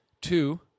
Two